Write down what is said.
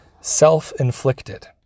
self-inflicted